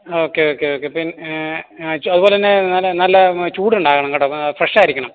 okay okay okay പിൻ അതുപോലെ തന്നെ ന നല്ല ചൂട് ഉണ്ടാകണം കേട്ടോ ഫ്രഷ് ആയിരിക്കണം